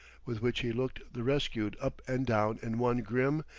with which he looked the rescued up and down in one grim,